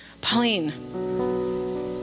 Pauline